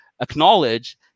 Acknowledge